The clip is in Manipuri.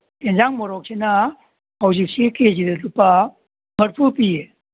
ꯏꯟꯖꯥꯡ ꯃꯣꯔꯣꯛꯁꯤꯅ ꯍꯧꯖꯤꯛꯁꯤ ꯀꯦ ꯖꯤꯗ ꯂꯨꯄꯥ ꯃꯔꯐꯨ ꯄꯤꯌꯦ